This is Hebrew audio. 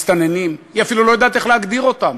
במסתננים, היא אפילו לא יודעת איך להגדיר אותם.